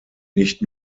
nicht